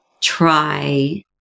try